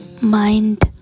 Mind